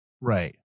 Right